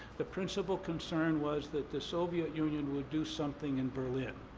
the principal concern was that the soviet union would do something in berlin.